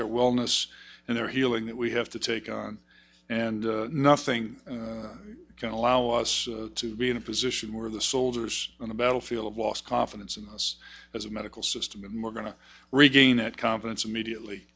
their wellness and their healing that we have to take on and nothing can allow us to be in a position where the soldiers on the battlefield have lost confidence in this as a medical system and we're going to regain that confidence immediately